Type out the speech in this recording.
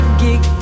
gig